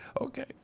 Okay